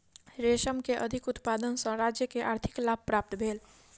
रेशम के अधिक उत्पादन सॅ राज्य के आर्थिक लाभ प्राप्त भेल